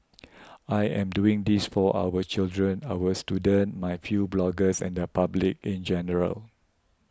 I am doing this for our children our students my few bloggers and the public in general